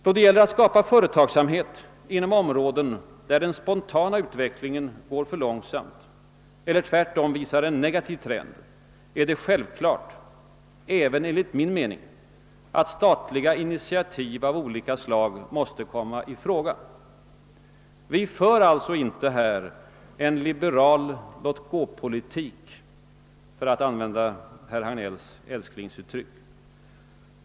Då det gäller att skapa företagsamhet inom områden där den spontana utvecklingen går för långsamt eller visar en negativ trend är det självklart, även enligt min mening, att statliga initiativ av olika slag måste komma i fråga. Vi för alltså inte en liberal låtgå-politik, för att använda herr Hagnells älsklingsuttryck.